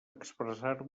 expressar